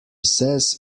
says